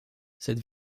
cette